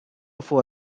for